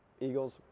Eagles